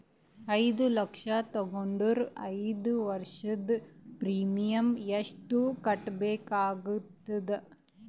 ಐದು ಲಕ್ಷ ತಗೊಂಡರ ಐದು ವರ್ಷದ ಪ್ರೀಮಿಯಂ ಎಷ್ಟು ಕಟ್ಟಬೇಕಾಗತದ?